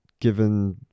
given